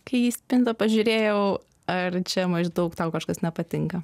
kai į spintą pažiūrėjau ar čia maždaug tau kažkas nepatinka